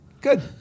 Good